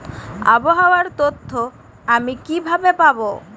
আবহাওয়ার তথ্য আমি কিভাবে পাবো?